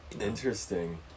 Interesting